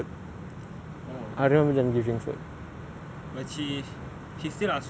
but she she still you all to continue with the western practices lah